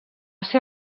ser